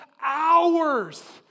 hours